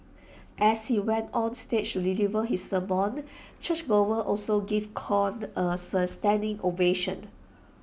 as he went on stage to deliver his sermon churchgoers also gave Kong A sir standing ovation